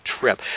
trip